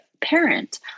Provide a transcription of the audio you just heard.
parent